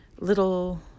little